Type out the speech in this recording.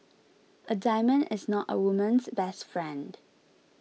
a diamond is not a woman's best friend